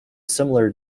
similar